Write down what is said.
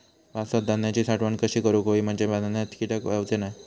पावसात धान्यांची साठवण कशी करूक होई म्हंजे धान्यात कीटक जाउचे नाय?